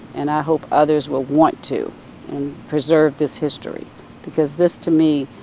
and i hope others will want to preserve this history because this, to me,